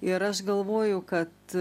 ir aš galvoju kad